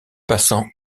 passant